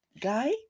guy